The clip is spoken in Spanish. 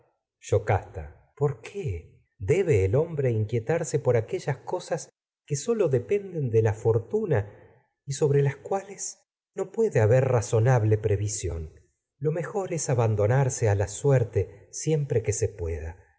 yocasta por qué debe que el hombre inquietarse por aquellas las cosas no sólo dependen de la fortuna y sobre lo cuales puede haber a razonable previsión que mejor es abandonarse la suerte siempre se pueda